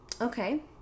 Okay